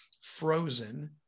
frozen